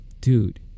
dude